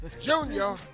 Junior